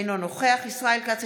אינו נוכח ישראל כץ,